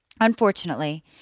Unfortunately